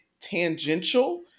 tangential